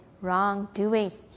wrongdoings